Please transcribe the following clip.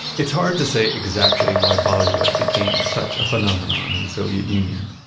it's hard to say exactly why bollywood became such a phenomenon in the soviet union,